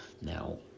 now